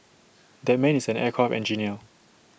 that man is an aircraft engineer